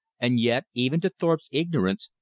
and yet even to thorpe's ignorance,